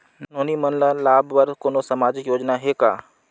नोनी मन ल लाभ बर कोनो सामाजिक योजना हे का?